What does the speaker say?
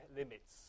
limits